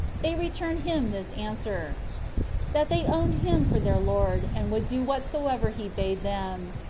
they returned him this answer that they owned him for their lord, and would do whatsoever he bade them.